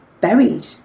buried